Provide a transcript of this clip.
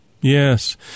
Yes